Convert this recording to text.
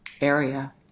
area